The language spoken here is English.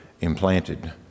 implanted